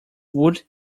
wood